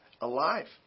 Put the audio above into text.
alive